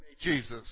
Jesus